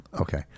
Okay